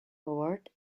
award